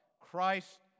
Christ